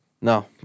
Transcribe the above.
No